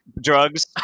drugs